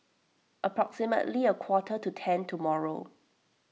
approximately a quarter to ten tomorrow